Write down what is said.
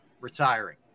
retiring